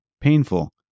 painful